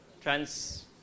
trans